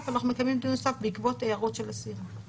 ואנחנו מקיימים דיון נוסף בעקבות הערות של אסיר.